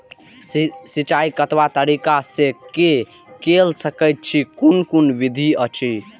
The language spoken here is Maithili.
सिंचाई कतवा तरीका स के कैल सकैत छी कून कून विधि अछि?